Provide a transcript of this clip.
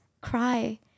cry